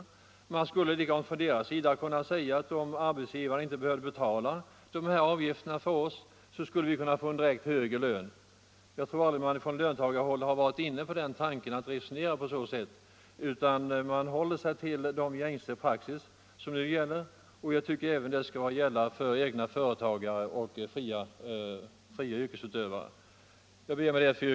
Låginkomsttagarna skulle lika gärna kunna säga: Om arbetsgivaren inte behöver betala de här avgifterna för oss skulle vi direkt kunna få en högre lön. Jag tror att man aldrig från löntagarhåll har varit inne på tanken att resonera på det sättet, utan man håller sig till den praxis som finns, och jag tycker att detta även skall gälla för egna företagare och fria yrkesutövare.